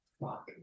Fuck